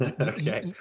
Okay